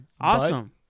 awesome